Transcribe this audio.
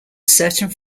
certain